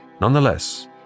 Nonetheless